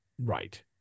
Right